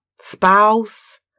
spouse